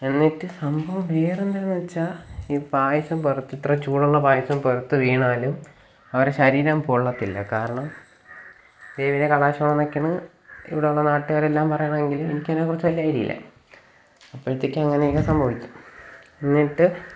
എന്നിട്ട് സംഭവം വേറെ എന്തെന്ന് വച്ചാൽ ഈ പായസ്സം പുറത്തിത്ര ചൂടുള്ള പായസം പുറത്ത് വീണാലും അവരുടെ ശരീരം പൊള്ളത്തില്ല കാരണം ദേവീടെ കടാക്ഷമെന്നൊക്കെയാണ് ഇവിടെയുള്ള നാട്ടുകാരെല്ലാം പറയണതെങ്കിലും എനിക്കതിനെക്കുറിച്ച് വല്യ ഐഡിയ ഇല്ല അപ്പോഴത്തേക്ക് അങ്ങനെയൊക്കെ സംഭവിക്കും എന്നിട്ട്